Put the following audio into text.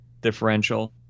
differential